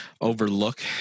overlook